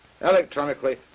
electronically